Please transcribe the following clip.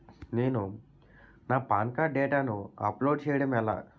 నేను నా PAN card డేటాను అప్లోడ్ చేయడం ఎలా?